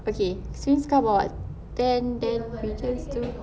okay since kau bawa ten then we just